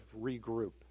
regroup